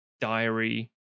diary